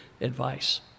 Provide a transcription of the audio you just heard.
advice